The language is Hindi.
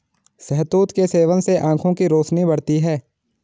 शहतूत के सेवन से आंखों की रोशनी बढ़ती है